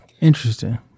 Interesting